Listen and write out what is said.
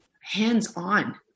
hands-on